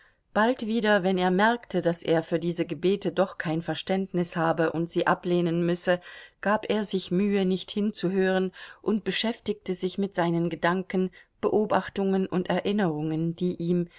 bald wieder wenn er merkte daß er für diese gebete doch kein verständnis habe und sie ablehnen müsse gab er sich mühe nicht hinzuhören und beschäftigte sich mit seinen gedanken beobachtungen und erinnerungen die ihm